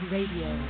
Radio